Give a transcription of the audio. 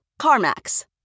CarMax